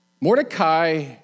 Mordecai